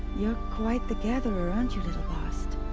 you're quite the gatherer, aren't you, little bast?